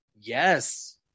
Yes